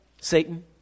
Satan